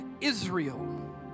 Israel